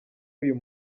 uyu